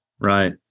Right